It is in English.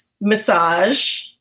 massage